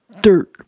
DIRT